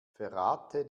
verrate